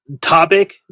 topic